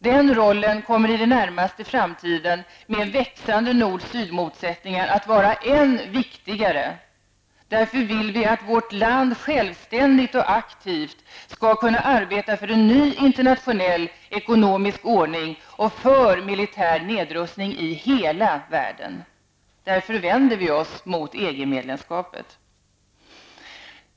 Den rollen kommer i den närmaste framtiden, med växande nord--syd-motsättningar, att vara än viktigare. Därför vill vi att vårt land självständigt och aktivt skall kunna arbeta för en ny internationell ekonomisk ordning och för militär nedrustning i hela världen. Därför vänder vi oss mot EG-medlemskapet.